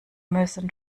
müssen